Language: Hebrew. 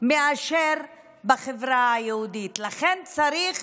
מאשר בחברה היהודית, לכן צריך